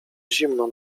zimno